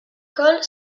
cole